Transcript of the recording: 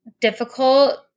difficult